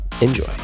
Enjoy